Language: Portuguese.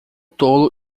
tolo